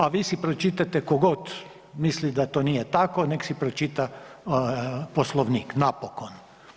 A vi si pročitajte tko god misli da to nije tako nek si pročita Poslovnik napokon.